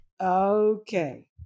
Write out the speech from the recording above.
Okay